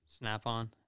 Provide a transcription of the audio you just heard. Snap-on